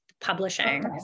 publishing